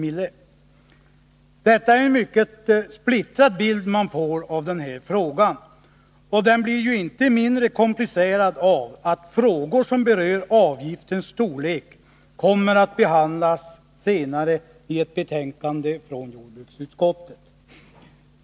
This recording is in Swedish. Man får här en mycket splittrad bild, och den blir inte mindre komplicerad av att frågor som berör avgiftens storlek kommer att behandlas senare i ett betänkande från jordbruksutskottet.